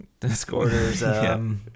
Discorders